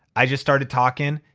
i just started talking.